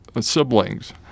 siblings